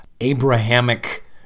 Abrahamic